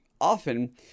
often